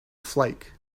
flake